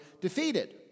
defeated